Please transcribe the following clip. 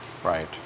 Right